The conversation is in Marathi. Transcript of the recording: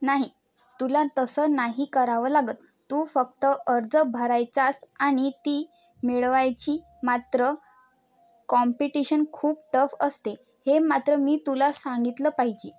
नाही तुला तसं नाही करावं लागत तू फक्त अर्ज भरायचास आणि ती मिळवायची मात्र कॉम्पिटिशन खूप टफ असते हे मात्र मी तुला सांगितलं पाहिजे